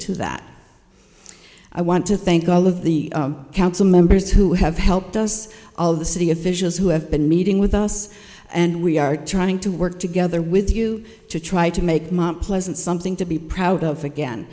to that i want to thank all of the council members who have helped us all the city officials who have been meeting with us and we are trying to work together with you to try to make my pleasant something to be proud of again